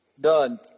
done